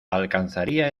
alcanzaría